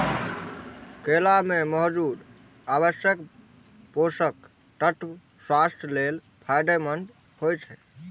केला मे मौजूद आवश्यक पोषक तत्व स्वास्थ्य लेल फायदेमंद होइ छै